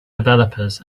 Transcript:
developers